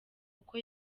uko